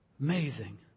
Amazing